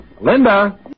Linda